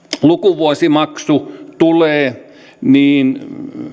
lukuvuosimaksu tulee niin